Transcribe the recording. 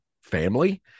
family